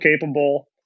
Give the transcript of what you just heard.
capable